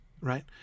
right